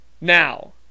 Now